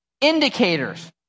Indicators